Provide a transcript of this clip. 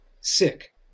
sick